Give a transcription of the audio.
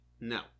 No